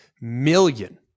million